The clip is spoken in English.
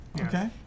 Okay